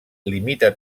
limita